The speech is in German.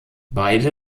beide